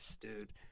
dude